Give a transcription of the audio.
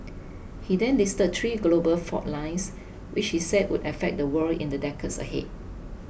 he then listed three global fault lines which he said would affect the world in the decades ahead